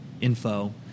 info